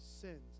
sins